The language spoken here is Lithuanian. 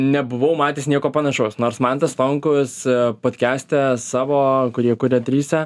nebuvau matęs nieko panašaus nors mantas stonkus podkeste savo kurį kuria trise